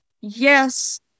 yes